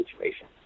situation